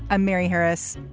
i'm mary harris.